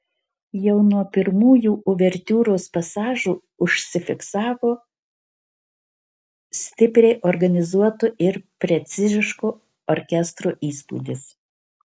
jau nuo pirmųjų uvertiūros pasažų užsifiksavo stipriai organizuoto ir preciziško orkestro įspūdis